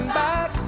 back